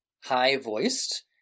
high-voiced